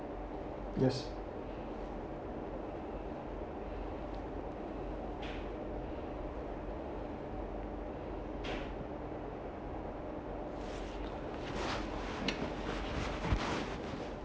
yes